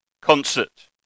concert